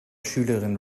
schülerin